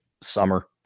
summer